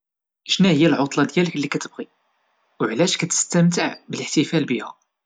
شناهيا العطلة ديالك اللي كتبغي وعلاش كتستمتع بالاحتفال بيها!؟